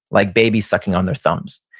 like babies sucking on their thumbs.